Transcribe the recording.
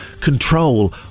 control